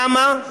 למה?